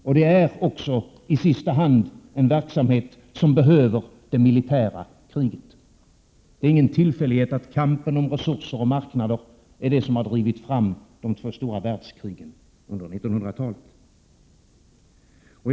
Och det är också i sista hand en verksamhet som behöver det militära kriget. Det är ingen tillfällighet att kampen om resurser och marknader är det som har drivit fram de två stora världskrigen under 1900-talet.